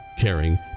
caring